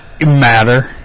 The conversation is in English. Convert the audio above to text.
Matter